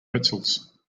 pretzels